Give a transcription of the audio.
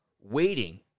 waiting